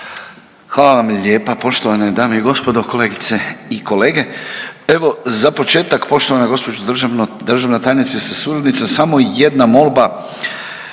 Hvala vam lijepa. Poštovane dame i gospodo, kolegice i kolege. Evo, za početak poštovana gospođo državna tajnice sa suradnicom samo jedna molba.